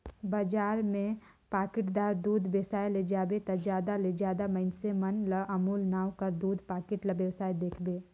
बजार में पाकिटदार दूद बेसाए ले जाबे ता जादा ले जादा मइनसे मन ल अमूल नांव कर दूद पाकिट ल बेसावत देखबे